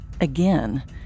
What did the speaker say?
Again